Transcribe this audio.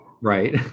right